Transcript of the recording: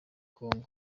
congo